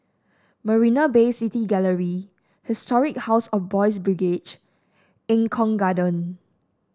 Marina Bay City Gallery Historic House of Boys' Brigade Eng Kong Garden